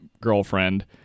girlfriend